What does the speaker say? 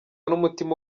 n’umutima